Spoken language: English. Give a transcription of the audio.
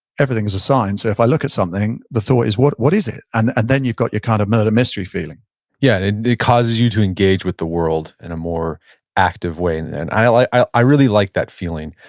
everything's a sign. so if i look at something, the thought is what what is it? and and then you've got your kind of murder mystery feeling yeah, and it causes you to engage with the world in a more active way, and i i really like that feeling.